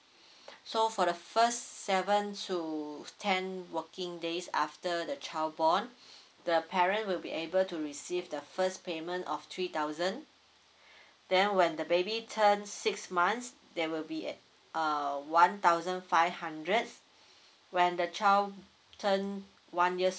so for the first seven to ten working days after the child born the parent will be able to receive the first payment of three thousand then when the baby turn six months there will be a uh one thousand five hundred when the child turn one years